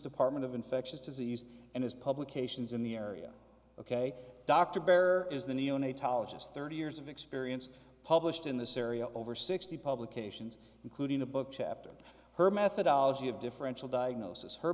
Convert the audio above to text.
department of infectious disease and his publications in the area ok dr baer is the neonatologist thirty years of experience published in this area over sixty publications including a book chapter and her methodology of differential diagnosis her